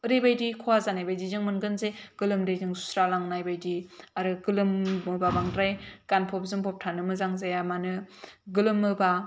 ओरैबायदि खहा जानाय बायदि जे मोनगोन जे गोलोमदैजों सुस्रा लांनाय बायदि आरो गोलोम बा बांद्राय गानफब जोमफब थानो मोजां जाया मानो गोलोमोबा